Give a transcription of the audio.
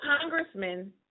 congressman